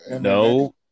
No